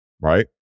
right